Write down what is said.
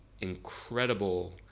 incredible